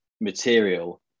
material